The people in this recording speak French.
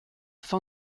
fin